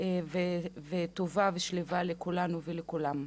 וטובה ושלווה לכולנו ולכולם.